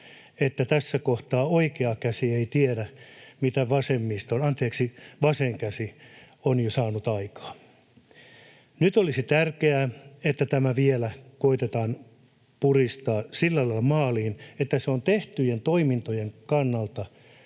että tässä kohtaa oikea käsi ei tiedä, mitä vasen käsi on jo saanut aikaan. Nyt olisi tärkeää, että tämä vielä koetetaan puristaa sillä lailla maaliin, että se on tehtyjen toimintojen kannalta